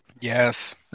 Yes